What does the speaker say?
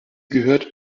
gehört